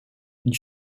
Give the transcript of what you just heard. and